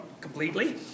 completely